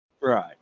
Right